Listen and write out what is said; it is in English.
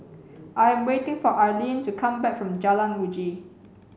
I am waiting for Arlene to come back from Jalan Uji